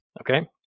Okay